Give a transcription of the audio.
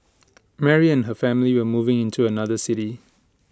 Mary and her family were moving in to another city